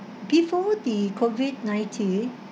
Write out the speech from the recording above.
before the COVID-nineteen